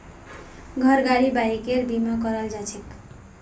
घर गाड़ी बाइकेर बीमा कराल जाछेक